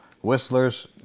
Whistlers